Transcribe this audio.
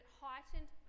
heightened